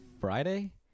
Friday